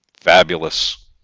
fabulous